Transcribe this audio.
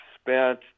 spent